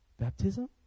Baptism